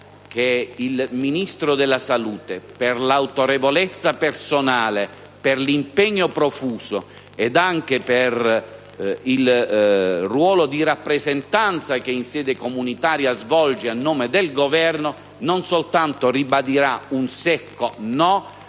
il Ministro della salute, per l'autorevolezza personale, per l'impegno profuso ed anche per il ruolo di rappresentanza che in sede comunitaria svolge a nome del Governo, non soltanto ribadirà un secco no